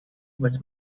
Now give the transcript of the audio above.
was